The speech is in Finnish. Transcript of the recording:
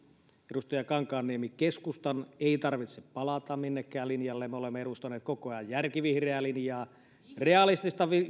edustaja kankaanniemi keskustan ei tarvitse palata millekään linjalle me olemme edustaneet koko ajan järkivihreää linjaa realistista